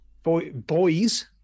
boys